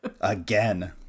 Again